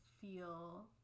feel